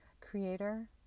Creator